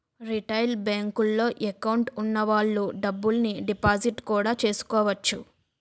retail బేంకుల్లో account వున్న వాళ్ళు డబ్బుల్ని డిపాజిట్టు కూడా చేసుకోవచ్చు